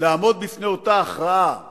לעמוד בפני אותה הכרעה